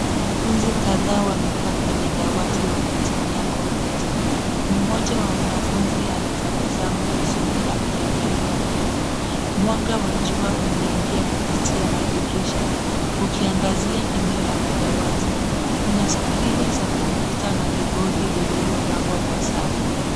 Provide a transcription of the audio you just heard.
Wanafunzi kadhaa wamekaa kwenye dawati wakitumia kompyuta. Mmoja wa wanafunzi anatabasamu usoni akiangalia mbele. Mwanga wa jua unaingia kupitia madirisha, ukiangazia eneo la madawati. Kuna skrini za kompyuta na vibodi vilivyopangwa kwa safu.